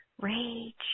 rage